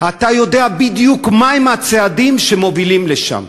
אתה יודע בדיוק מה הם הצעדים שמובילים לשם.